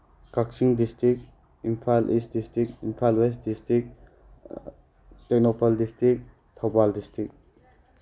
Kakching district Imphal east district Imphal west district Tengnoupal district Thoubal district